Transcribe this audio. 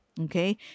okay